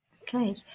Okay